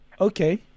Okay